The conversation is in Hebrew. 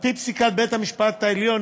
על-פי פסיקת בית-המשפט העליון,